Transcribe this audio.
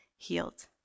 healed